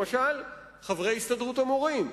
למשל, חברי הסתדרות המורים.